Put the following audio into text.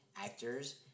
actors